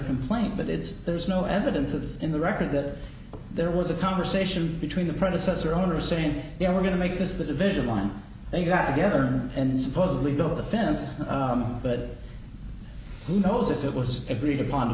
complaint but it's there's no evidence of this in the record that there was a conversation between the predecessor owner saying they were going to make this the division one they got together and supposedly build the fence but who knows if it was agreed upon to